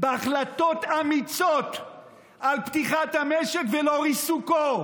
החלטות אמיצות על פתיחת המשק ולא ריסוקו,